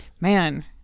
man